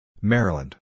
Maryland